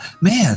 Man